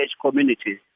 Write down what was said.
communities